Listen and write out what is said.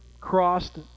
crossed